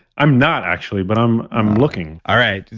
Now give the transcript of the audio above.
i'm not actually, but i'm i'm looking all right.